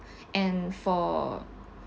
and for